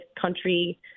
country